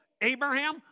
Abraham